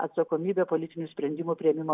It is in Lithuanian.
atsakomybe politinių sprendimų priėmimo